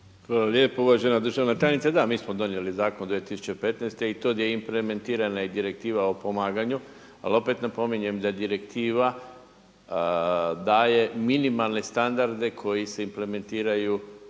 lijepo uvažena državna tajnice. Da, mi smo donijeli zakon 2015. i tu di je implementirana i direktiva o pomaganju ali opet napominjem da direktiva daje minimalne standarde koji se implementiraju